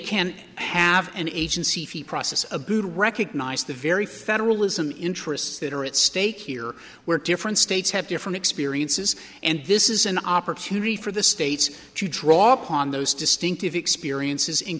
can have an agency process abood recognize the very federalism interests that are at stake here where different states have different experiences and this is an opportunity for the states to draw upon those distinctive experiences in